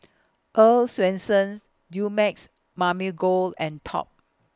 Earl's Swensens Dumex Mamil Gold and Top